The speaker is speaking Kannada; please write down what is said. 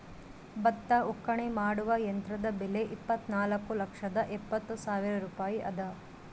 ಭತ್ತ ಒಕ್ಕಣೆ ಮಾಡುವ ಯಂತ್ರದ ಬೆಲೆ ಇಪ್ಪತ್ತುನಾಲ್ಕು ಲಕ್ಷದ ಎಪ್ಪತ್ತು ಸಾವಿರ ರೂಪಾಯಿ ಅದ